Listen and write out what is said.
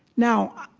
now,